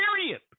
period